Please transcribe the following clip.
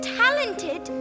talented